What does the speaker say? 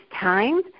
time